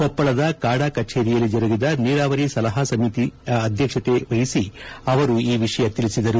ಕೊಪ್ಪಳದ ಕಾಡಾಕಚೇರಿಯಲ್ಲಿ ಜರುಗಿದ ನೀರಾವರಿ ಸಲಹಾ ಸಮಿತಿಯ ಅಧ್ಯಕ್ಷತೆ ವಹಿಸಿ ಅವರು ಈ ವಿಷಯ ತಿಳಿಸಿದರು